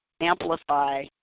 amplify